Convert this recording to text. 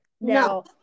No